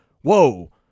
whoa